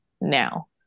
now